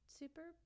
super